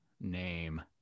name